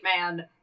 man